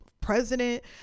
president